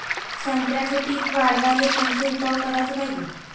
संत्र्याचं पीक वाढवाले कोनचे उपाव कराच पायजे?